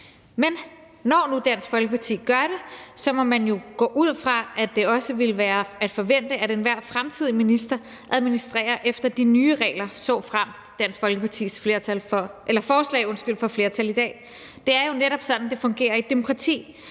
Men når nu Dansk Folkeparti gør det, må man jo gå ud fra, at det også ville være at forvente, at enhver fremtidig minister administrerer efter de nye regler, såfremt Dansk Folkepartis forslag får flertal i dag. Det er jo netop sådan, det fungerer i et demokrati.